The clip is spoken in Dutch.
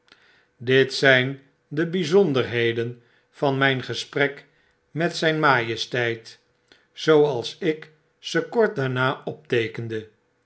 dit zijn de byzonderheden van mijngesprek met zyn majesteit zooals ik ze kort daarna opteekende